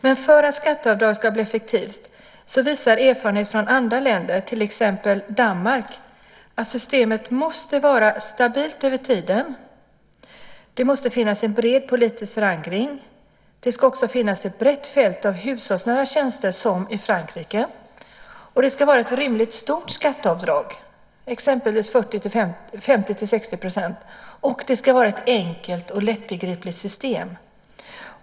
Men för att skatteavdraget ska bli effektivt visar erfarenheter från andra länder, till exempel Danmark, att systemet måste vara stabilt över tiden och att det måste finnas en bred politisk förankring. Det ska också finnas ett brett fält av hushållsnära tjänster som i Frankrike. Det ska vara ett rimligt stort skatteavdrag, exempelvis 50-60 %. Och det ska vara ett enkelt och lättbegripligt system.